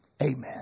Amen